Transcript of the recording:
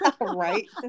right